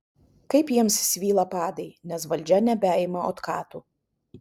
kaip jiems svyla padai nes valdžia nebeima otkatų